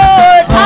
Lord